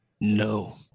no